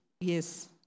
yes